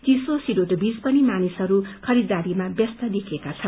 चीसो सिरोटोबीच पनि मानिसहरू खरीदारीमा ब्यस्त देखिएका छन्